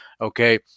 okay